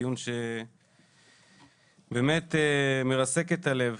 דיון שבאמת מרסק את הלב.